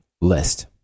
list